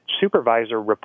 supervisor